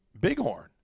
bighorn